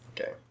Okay